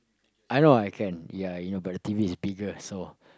I know I can ya you know but the t_v is bigger so